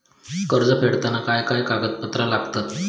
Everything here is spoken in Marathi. कर्ज फेडताना काय काय कागदपत्रा लागतात?